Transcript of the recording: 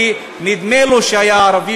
כי היה נדמה לו שהוא ערבי.